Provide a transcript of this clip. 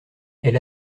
elle